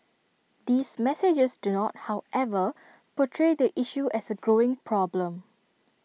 these messages do not however portray the issue as A growing problem